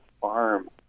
farm